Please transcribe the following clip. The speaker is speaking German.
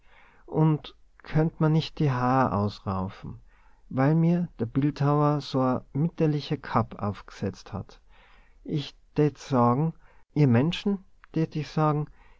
und könnt merr nicht die haar ausraufen weil mir der bildhauer so e mittelalterliche kapp aufgesetzt hat ich tät sagen ihr menschen tät ich sagen